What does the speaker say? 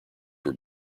were